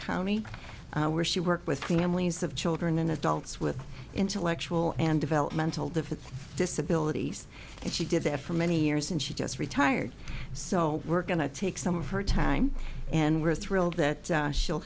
county where she worked with families of children and adults with intellectual and developmental different disabilities and she did that for many years and she just retired so we're going to take some of her time and we're thrilled that she'll